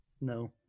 No